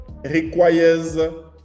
requires